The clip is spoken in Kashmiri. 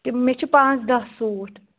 تِم مےٚ چھِ پانٛژھ دَہ سوٗٹ